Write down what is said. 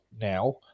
now